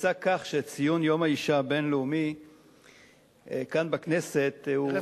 יצא כך שציון יום האשה הבין-לאומי כאן בכנסת הוא ערב,